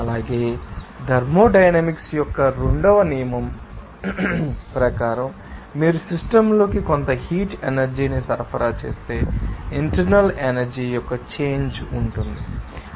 అలాగే థర్మోడైనమిక్స్ యొక్క రెండవ నియమం ప్రకారం మీరు సిస్టమ్ లోకి కొంత హీట్ ఎనర్జీ ని సరఫరా చేస్తే ఇంటర్నల్ ఎనర్జీ యొక్క చేంజ్ ఉంటుందని మీరు చూడవచ్చు